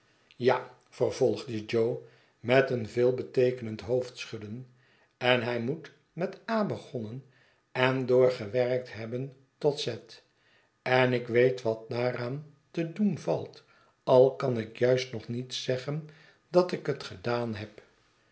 ja vervolgde jo met een veelbeteekenend hoofdschudden en hij moet met a begonnen en doorgewerkthebben tot z en ik weet wat daaraan te doen valt al kan ik juist nog niet zeggen dat ik het gedaan heb